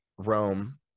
rome